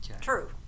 True